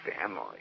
family